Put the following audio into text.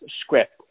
script